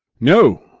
no,